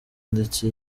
ndetse